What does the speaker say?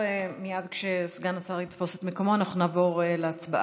מייד כשסגן השר יתפוס את מקומו אנחנו נעבור להצבעה.